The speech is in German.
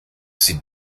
sie